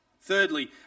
Thirdly